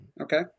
okay